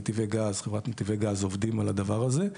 חברת נתיבי גז עובדים על הדבר הזה.